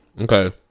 Okay